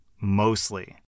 Mostly